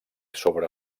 sobre